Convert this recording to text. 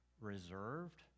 reserved